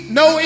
no